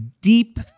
deep